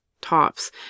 tops